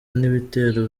n’ibitero